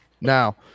Now